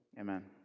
amen